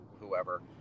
whoever